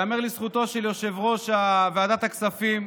וייאמר לזכותו של יושב-ראש ועדת הכספים,